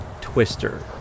Twister